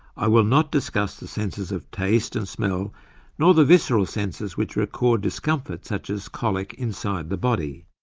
i will not discuss the senses of taste and smell nor the visceral senses which record discomfort such as colic inside the body.